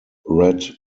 red